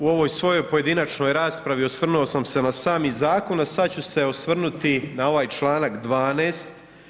U ovoj svojoj pojedinačnoj raspravi osvrnuo sam se na sami zakon, a sad ću se osvrnuti na ovaj čl. 12.